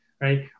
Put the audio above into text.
right